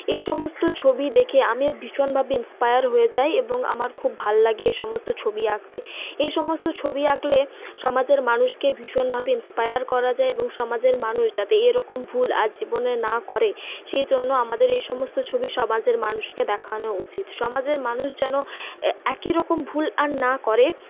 এই সমস্ত ছবি দেখে আমি ভীষণভাবে ইন্সপায়ার হয়ে যাই এবং আমার খুব ভালোলাগে এই সমস্ত ছবি আঁকতে এই সমস্ত ছবি আঁকলে সমাজের মানুষকে ভীষণভাবে ইন্সপায়ার করা যায় এবং সমাজের মানুষ যাতে এরকম ভুল আর জীবনে না করে সেই জন্য আমাদের এই সমস্ত ছবি সমাজের মানুষকে দেখানো উচিত সমাজের মানুষ যেন একইরকম ভুল আর না করে